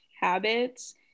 habits